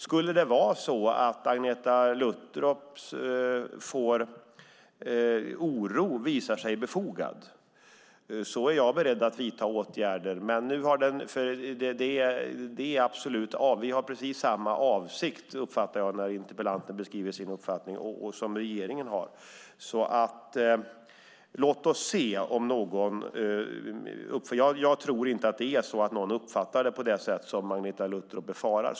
Skulle Agneta Luttropps oro visa sig befogad är jag beredd att vidta åtgärder. Jag uppfattar det som att vi har precis samma avsikt, regeringen och interpellanten. Låt oss alltså vänta och se. Jag tror inte att någon uppfattar detta på det sätt som Agneta Luttropp befarar.